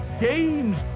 games